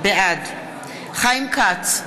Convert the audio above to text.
בעד חיים כץ,